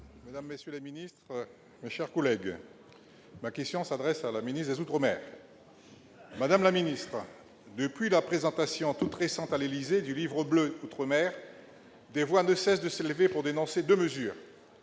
mesdames, messieurs les ministres, mes chers collègues, ma question s'adresse à Mme la ministre des outre-mer. Madame la ministre, depuis la présentation, toute récente, à l'Élysée, du Livre bleu outre-mer, des voix ne cessent de s'élever pour dénoncer deux mesures